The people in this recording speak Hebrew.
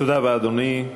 תודה רבה, אדוני.